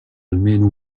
almeno